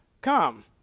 come